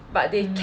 um